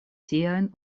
siajn